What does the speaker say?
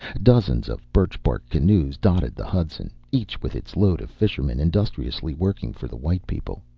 dozens of birch-bark canoes dotted the hudson, each with its load of fishermen, industriously working for the white people.